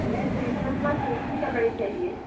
हमें शीशम की सूखी लकड़ी चाहिए